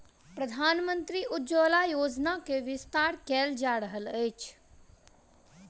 प्रधानमंत्री उज्ज्वला योजना के विस्तार कयल जा रहल अछि